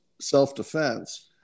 self-defense